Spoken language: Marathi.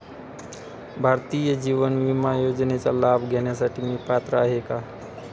भारतीय जीवन विमा योजनेचा लाभ घेण्यासाठी मी पात्र आहे का?